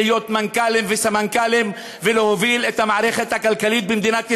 להיות מנכ"לים וסמנכ"לים ולהוביל את המערכת הכלכלית במדינת ישראל.